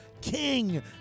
King